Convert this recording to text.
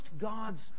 God's